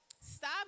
Stop